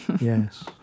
Yes